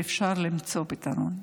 ואפשר למצוא פתרון.